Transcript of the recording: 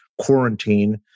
quarantine